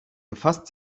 befasst